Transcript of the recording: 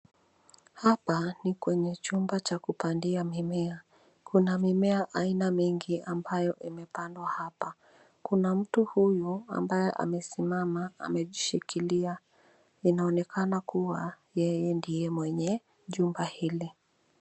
Hapa ni kwenye chumba cha kupandia mimea. Kuna mimea aina mingi ambayo imependwa hapa. Kuna mtu huyu ambaye amesimama amejishikilia. Inaonekana kuwa yeye ndiye mwenye jumba hili.